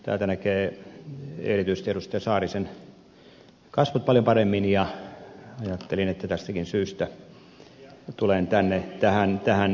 täältä näkee erityisesti edustaja saarisen kasvot paljon paremmin ja ajattelin että tästäkin syystä tulen tähän pönttöön